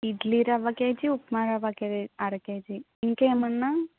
ఇడ్లి రవ్వ కేజీ ఉప్మా రవ్వ కే అర కేజీ ఇంకేమన్నా